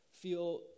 feel